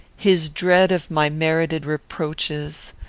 his dread of my merited reproaches,